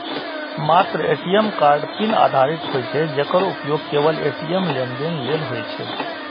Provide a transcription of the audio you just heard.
मात्र ATM card PIN आधारित होइ छै, जेकर उपयोग केवल ए.टी.एम लेनदेन लेल होइ छै